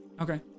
okay